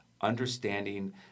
understanding